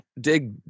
dig